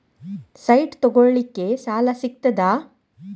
Site ತಗೋಳಿಕ್ಕೆ ಸಾಲಾ ಸಿಗ್ತದಾ?